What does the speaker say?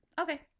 Okay